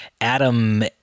adam